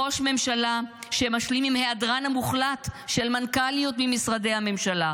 ראש ממשלה שמשלים עם היעדרן המוחלט של מנכ"ליות ממשרדי הממשלה,